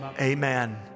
Amen